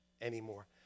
anymore